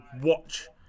watch